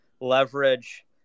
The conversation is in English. leverage